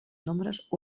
nombres